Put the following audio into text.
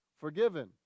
forgiven